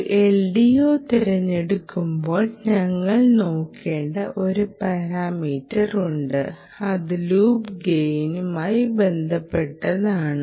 ഒരു LDO തിരഞ്ഞെടുക്കുമ്പോൾ ഞങ്ങൾ നോക്കേണ്ട ഒരു പാരാമീറ്റർ ഉണ്ട് അത് ലൂപ്പ് ഗയിനുമായി ബന്ധപ്പെട്ടതാണ്